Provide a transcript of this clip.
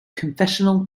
confessional